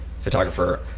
photographer